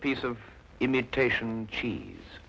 piece of imitations cheese